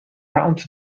round